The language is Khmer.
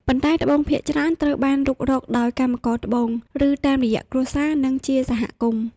ប៉ុន្តែត្បូងភាគច្រើនត្រូវបានរុករកដោយកម្មករត្បូង ឬតាមរយៈគ្រួសារ និងជាសហគមន៍។